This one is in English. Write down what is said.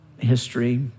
History